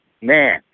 Man